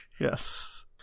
Yes